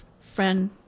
friend